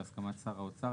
בהסכמת שר האוצר,